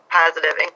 positive